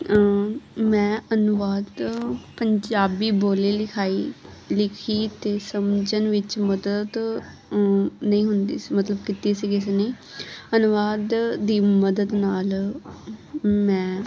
ਮੈਂ ਅਨੁਵਾਦ ਪੰਜਾਬੀ ਬੋਲੀ ਲਿਖਾਈ ਲਿਖੀ ਅਤੇ ਸਮਝਣ ਵਿੱਚ ਮਦਦ ਨਹੀਂ ਹੁੰਦੀ ਸੀ ਮਦਦ ਕੀਤੀ ਸੀ ਕਿਸੀ ਨੇ ਅਨੁਵਾਦ ਦੀ ਮਦਦ ਨਾਲ ਮੈਂ